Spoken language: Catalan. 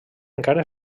encara